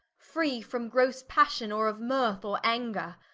free from grosse passion, or of mirth, or anger,